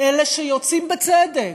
אלה שיוצאים, בצדק,